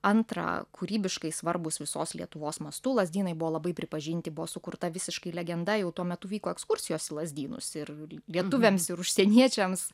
antra kūrybiškai svarbūs visos lietuvos mastu lazdynai buvo labai pripažinti buvo sukurta visiškai legenda jau tuo metu vyko ekskursijos į lazdynus ir lietuviams ir užsieniečiams